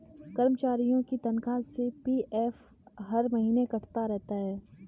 कर्मचारियों के तनख्वाह से पी.एफ हर महीने कटता रहता है